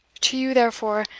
to you, therefore,